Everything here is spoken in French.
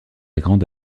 grande